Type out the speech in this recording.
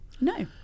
No